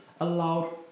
allowed